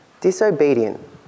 disobedient